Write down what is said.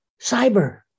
cyber